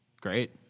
Great